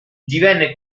divenne